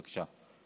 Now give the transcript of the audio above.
בבקשה.